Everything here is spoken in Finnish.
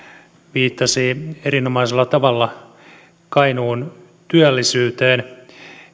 viittasi erinomaisella tavalla kainuun työllisyyteen